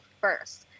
first